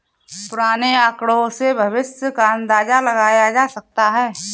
पुराने आकड़ों से भविष्य का अंदाजा लगाया जा सकता है